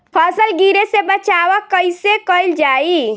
फसल गिरे से बचावा कैईसे कईल जाई?